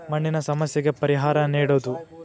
ಮಣ್ಣಿನ ಸಮಸ್ಯೆಗೆ ಪರಿಹಾರಾ ನೇಡುದು